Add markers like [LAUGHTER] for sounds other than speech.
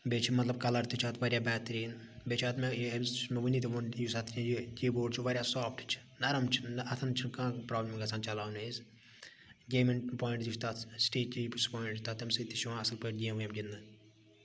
بیٚیہِ چھ مَطلَب کَلَر تہِ چھُ اتھ واریاہ بہتریٖن بیٚیہِ چھُ اتھ مےٚ یُس مےٚ ونی تہِ ووٚن یُس اتھ یہِ کی بوڑ چھ واریاہ سوفٹ چھ نرم چھ اتھَن چھنہٕ کانٛہہ پرابلم گَژھان چَلاونہٕ وِز گیمِنٛگ [UNINTELLIGIBLE] تہِ چھِ تتھ [UNINTELLIGIBLE] تتھ تمہِ سۭتۍ تہِ چھ یِوان اصل پٲٹھۍ گیم ویم گِنٛدنہٕ